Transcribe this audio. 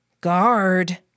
Guard